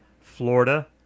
Florida